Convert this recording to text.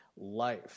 life